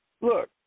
Look